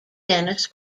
dennis